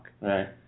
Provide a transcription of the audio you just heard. Right